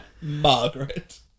Margaret